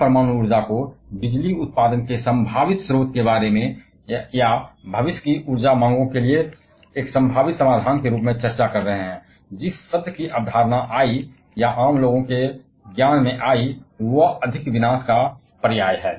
हम परमाणु ऊर्जा के बारे में बिजली उत्पादन के संभावित स्रोत के रूप में चर्चा कर रहे हैं या भविष्य की ऊर्जा मांगों के लिए एक संभावित समाधान है जिस शब्द की अवधारणा या आम लोगों के ज्ञान में आया वह अधिक विनाश का पर्याय है